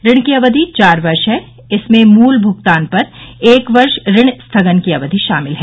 ऋण की अवधि चार वर्ष है इसमें मूल भुगतान पर एक वर्ष ऋण स्थगन की अवधि शामिल है